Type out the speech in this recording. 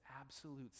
absolute